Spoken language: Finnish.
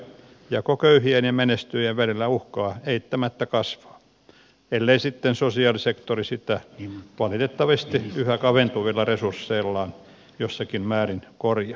jako köyhien ja menestyjien välillä uhkaa eittämättä kasvaa ellei sitten sosiaalisektori sitä valitettavasti yhä kaventuvilla resursseillaan jossakin määrin korjaa